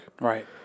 right